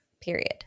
period